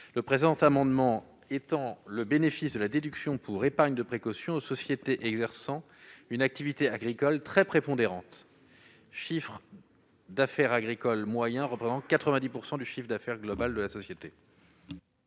Le présent amendement vise à étendre le bénéfice de la déduction pour épargne de précaution aux sociétés exerçant une activité agricole très prépondérante, c'est-à-dire avec un chiffre d'affaires agricole moyen représentant 90 % du chiffre d'affaires global de la société.